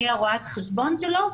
אני רואת החשבון שלו,